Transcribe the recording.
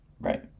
right